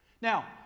Now